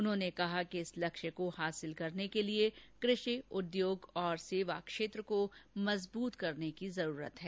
उन्होंने कहा कि इस लक्ष्य को हासिल करने के लिए कृषि उद्योग और सेवा क्षेत्र को मजबूत करने की जरूरत है